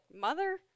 mother